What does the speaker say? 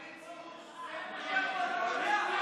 להורדת הצו התקבלה.